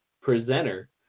presenter